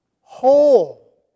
whole